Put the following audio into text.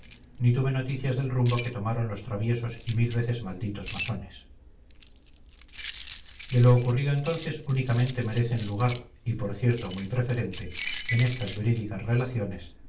ni tuve noticias del rumbo que tomaron los traviesos y mil veces malditos masones de lo ocurrido entonces únicamente merecen lugar y por cierto muy preferente en estas verídicas relaciones